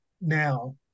now